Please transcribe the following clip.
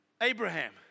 Abraham